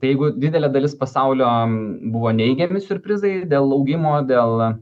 tai jeigu didelė dalis pasaulio buvo neigiami siurprizai dėl augimo dėl